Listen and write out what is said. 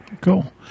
Cool